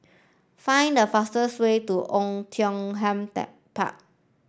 find the fastest way to Oei Tiong Ham Park